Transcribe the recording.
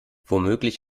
womöglich